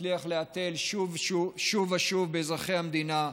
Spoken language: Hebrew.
מצליח להתל שוב ושוב באזרחי המדינה,